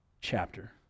chapter